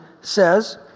says